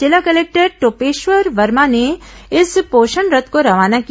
जिला कलेक्टर टोपेश्वर वर्मा ने इस पोषण रथ को रवाना किया